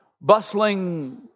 bustling